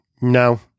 No